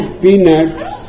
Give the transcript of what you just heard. peanuts